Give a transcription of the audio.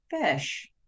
Fish